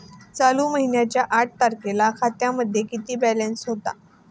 चालू महिन्याच्या आठ तारखेला खात्यामध्ये किती बॅलन्स होता?